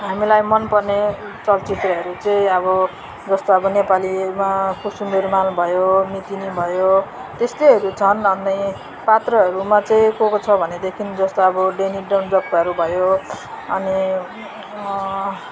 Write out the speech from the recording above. हामीलाई मनपर्ने चलचित्रहरू चाहिँ अब जस्तो अब नेपालीमा कुसुमे रूमाल भयो मितिनी भयो त्यस्तैहरू छन् अनि पात्रहरूमा चाहिँ को को छ भनेदेखि जस्तो अब डेनी डेन्जोङपा भयो अनि